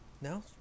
No